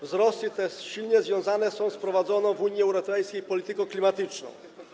Wzrosty te silnie związane są z prowadzoną w Unii Europejskiej polityką klimatyczną.